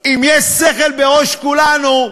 אם יש שכל בראש כולנו,